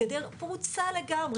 הגדר פרוצה לגמרי.